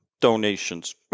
donations